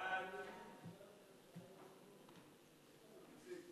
חוק שירות